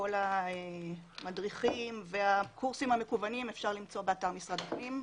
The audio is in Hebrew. כאשר את כל המדריכים והקורסים המקוונים אפשר למצוא באתר משרד הפנים.